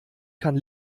kann